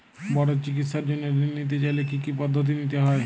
বড় চিকিৎসার জন্য ঋণ নিতে চাইলে কী কী পদ্ধতি নিতে হয়?